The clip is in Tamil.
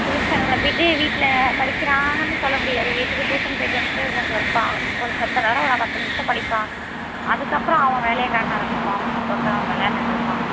டியூஷன் அனுப்பிட்டு வீட்டில் படிக்கிறான்னு சொல்ல முடியாது வீட்டுக்கு டியூஷன் போய்ட்டு வந்துட்டு கொஞ்சம் இருப்பான் கொஞ்சம் செத்த நேரம் ஒரு பத்து நிமிஷம் படிப்பான் அதுக்கப்புறம் அவன் வேலையை காட்ட ஆரம்மிச்சிருவான் அவன் பக்கம் விளையாண்டுட்ருப்பான்